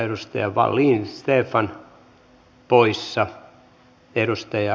arvoisa rouva puhemies